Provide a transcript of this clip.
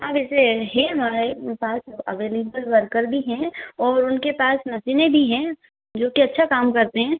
हाँ वैसे ही हमारे पास अवेलेबल वर्कर भी हैं और उनके पास मसीने भी हैं जो कि अच्छा काम करते हैं